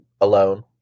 alone